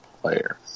player